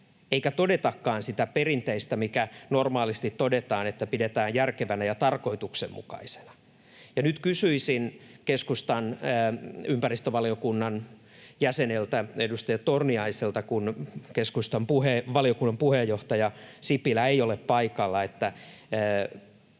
eikä todetakaan sitä perinteistä, mikä normaalisti todetaan, että ”pidetään järkevänä ja tarkoituksenmukaisena”. Nyt kysyisin keskustan ympäristövaliokunnan jäseneltä, edustaja Torniaiselta, kun keskustan valiokunnan puheenjohtaja Sipilä ei ole paikalla: